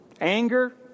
Anger